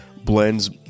blends